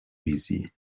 wizji